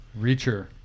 Reacher